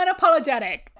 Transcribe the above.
unapologetic